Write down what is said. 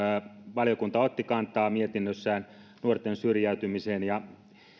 valiokunta otti kantaa mietinnössään nuorten syrjäytymiseen ja